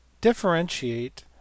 Differentiate